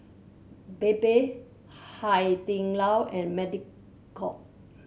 Bebe Hai Di Lao and Mediacorp